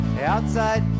outside